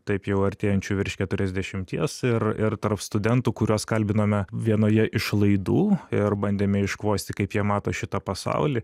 taip jau artėjančių virš keturiasdešimties ir ir tarp studentų kuriuos kalbinome vienoje iš laidų ir bandėme iškvosti kaip jie mato šitą pasaulį